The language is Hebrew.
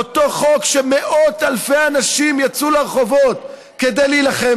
אותו חוק שמאות אלפי אנשים יצאו לרחובות כדי להילחם.